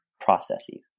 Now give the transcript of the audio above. processes